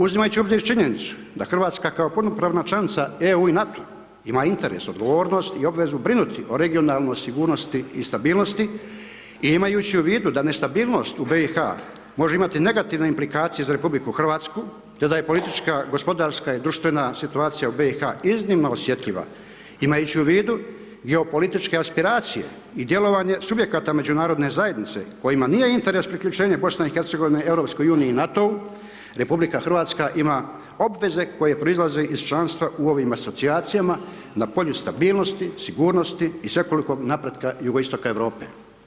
Uzimajući u obzir činjenicu, da Hrvatska kao punopravna članica EU i NATO ima interes i odgovornost, i obvezu brinuti o regionalnoj sigurnosti i stabilnosti i imajući u vidu da nestabilnost u BIH može imati negativne implikacije za RH, te da je politička gospodarska i društvena situacija u BIH iznimno osjetljiva, imajući u vidu geopolitičke aspiracije i djelovanje subjekata međunarodne zajednice kojima nije interes priključenje BIH EU i NATO-u, RH ima obveze koje proizlaze iz članstva u ovim asocijacijama, na polju stabilnosti, sigurnosti i svekolikog napretka jugoistoka Europe.